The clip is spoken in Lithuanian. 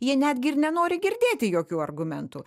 jie netgi ir nenori girdėti jokių argumentų